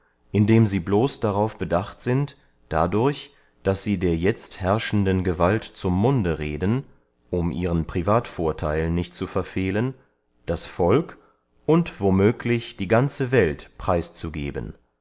indem sie bloß darauf bedacht sind dadurch daß sie der jetzt herrschenden gewalt zum munde reden um ihren privatvortheil nicht zu verfehlen das volk und wo möglich die ganze welt preis